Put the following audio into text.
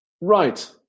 Right